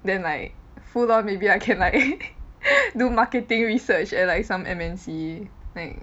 then like full on maybe I can like do marketing research and like some M_N_C thing